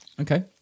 Okay